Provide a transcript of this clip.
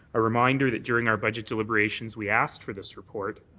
a reminder that during our budget deliberations we asked for this report.